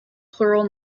plural